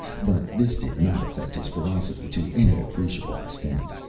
but this did not affect his ferocity to any appreciable extent.